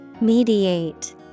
Mediate